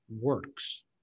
works